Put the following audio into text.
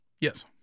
Yes